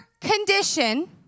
condition